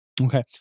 Okay